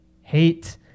hate